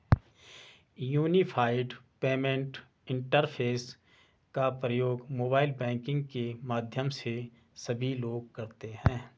unified payment interface का प्रयोग mobile banking के माध्यम से सभी लोग करते हैं